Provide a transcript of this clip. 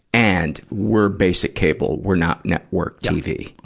and we're basic cable, we're not network tv.